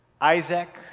Isaac